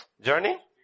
Journey